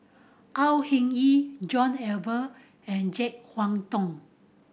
Au Hing Yee John Eber and Jek Huang Thong